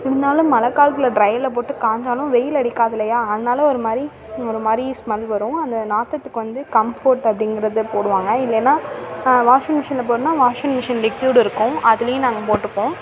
இருந்தாலும் மழை காலத்தில் ட்ரையரில் போட்டு காய்ஞ்சாலும் வெயில் அடிக்காதில்லையா அதனால ஒருமாதிரி ஒருமாரி ஸ்மல் வரும் அந்த நாற்றத்துக்கு வந்து கம்ஃபோர்ட் அப்படிங்கிறத போடுவாங்க இல்லைன்னா வாஷிங் மிஷினில் போடணுன்னா வாஷிங் மிஷின் லிக்யூடு இருக்கும் அதிலையும் நாங்கள் போட்டுப்போம்